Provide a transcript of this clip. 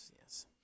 yes